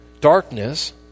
darkness